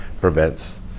prevents